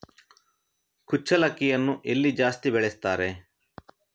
ಕುಚ್ಚಲಕ್ಕಿಯನ್ನು ಎಲ್ಲಿ ಜಾಸ್ತಿ ಬೆಳೆಸ್ತಾರೆ?